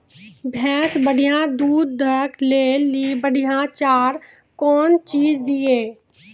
भैंस बढ़िया दूध दऽ ले ली बढ़िया चार कौन चीज दिए?